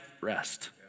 rest